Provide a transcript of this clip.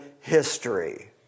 history